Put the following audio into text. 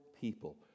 people